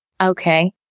Okay